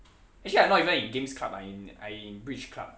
actually I not even in games club I in I in bridge club